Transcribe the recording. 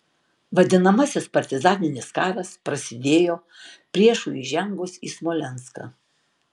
vadinamasis partizaninis karas prasidėjo priešui įžengus į smolenską